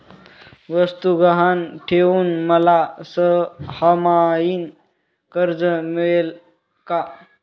वस्तू गहाण ठेवून मला सहामाही कर्ज मिळेल का?